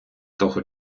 того